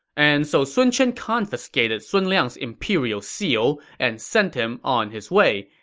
and so sun chen confiscated sun liang's imperial seal and sent him on his way,